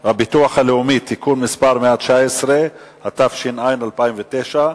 הביטוח הלאומי (תיקון מס' 119), התש"ע 2009,